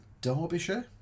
Derbyshire